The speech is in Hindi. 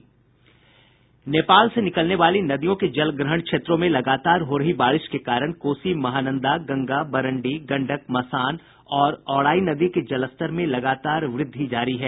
नेपाल से निकलने वाली नदियों के जलग्रहण क्षेत्रों में लगातार हो रही बारिश के कारण कोसी महानंदा गंगा बरंडी गंडक मसान और औराई नदी के जलस्तर में लगातार वृद्धि जारी है